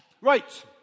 Right